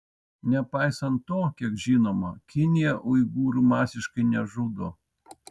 nepaisant to kiek žinoma kinija uigūrų masiškai nežudo